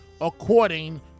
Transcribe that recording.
according